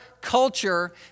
culture